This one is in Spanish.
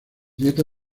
dieta